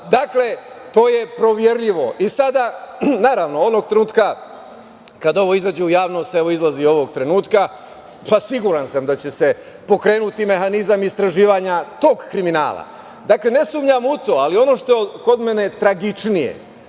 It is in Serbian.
Dakle, to je proverljivo. Naravno, onog trenutka kada ovo izađe u javnost, evo, izlazi ovog trenutka, siguran sam da će se pokrenuti mehanizam istraživanja tog kriminala. Dakle, ne sumnjam u to, ali ono što je kod mene tragičnije